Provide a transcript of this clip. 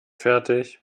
fertig